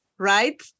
right